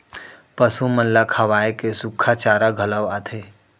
पसु मन ल खवाए के सुक्खा चारा घलौ आथे